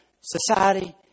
society